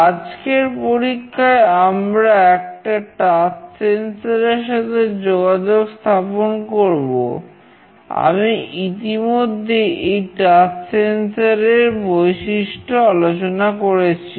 আজকের পরীক্ষায় আমরা একটা টাচ সেন্সরের বৈশিষ্ট্য আলোচনা করেছি